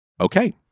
Okay